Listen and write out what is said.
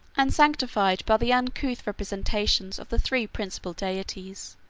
and sanctified by the uncouth representations of the three principal deities,